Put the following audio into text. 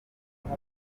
kuba